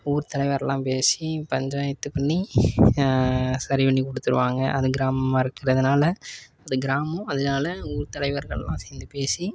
ஊர் தலைவர்லாம் பேசி பஞ்சாயத்து பண்ணி சரி பண்ணி கொடுத்துருவாங்க அதுவும் கிராமமாக இருக்கறதுனால் அது கிராமம் அதனால ஊர் தலைவர்கள்லாம் சேர்ந்து பேசி